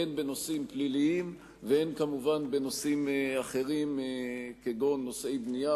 הן בנושאים פליליים והן בנושאים אחרים כגון נושאי בנייה